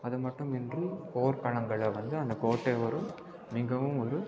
அது மட்டுமின்றி போர்களங்ல வந்து அந்த கோட்டை ஒரு மிகவும் ஒரு